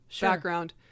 background